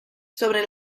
sobre